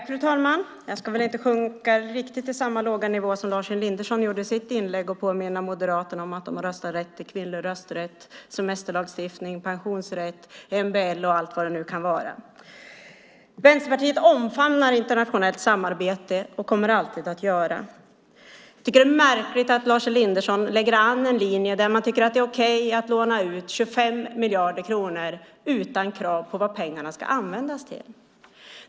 Fru talman! Jag ska väl inte sjunka till riktigt samma låga nivå som Lars Elinderson gjorde i sitt inlägg och påminna Moderaterna om hur de röstade när det gällde kvinnlig rösträtt, semesterlagstiftning, pensionsrätt, MBL och allt vad det nu kan vara. Vänsterpartiet omfamnar internationellt samarbete och kommer alltid att göra det. Jag tycker att det är märkligt att Lars Elinderson lägger an linjen att det är okej att låna ut 25 miljarder kronor utan krav på vad pengarna ska användas till.